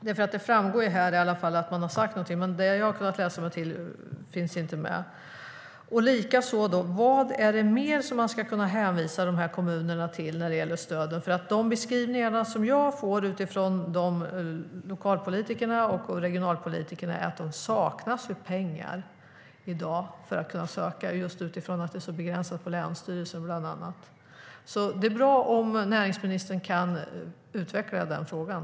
Det framgår här att man har sagt någonting. Men det finns inte med i det jag har kunnat läsa mig till. Vad är det mer man ska kunna hänvisa kommunerna till när det gäller stöden? De beskrivningar jag får från lokalpolitikerna och regionalpolitikerna är att det i dag saknas pengar för att kunna söka eftersom det är så begränsat bland annat på länsstyrelserna. Det vore bra om näringsministern kan utveckla den frågan.